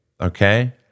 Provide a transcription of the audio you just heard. okay